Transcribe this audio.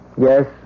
Yes